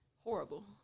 Horrible